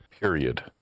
Period